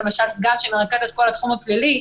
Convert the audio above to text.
למשל סגן שמרכז את כל התחום הפלילי,